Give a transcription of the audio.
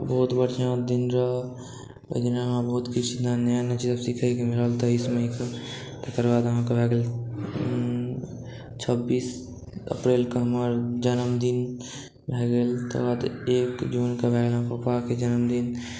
बहुत बढ़िआँ दिन रहय ओय दिना बहुत किछु जेना नया नया चीज़ सीख़ैके मिलल तेइस मेइक तेकर बाद अहाँके भए गेल छब्बीस अप्रैलक हमर जन्मदिन भए गेल तेकर बाद एक जूनके भए गेल हमर पापाके जन्मदिन